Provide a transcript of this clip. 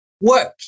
work